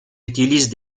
utilisent